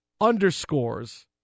underscores